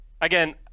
again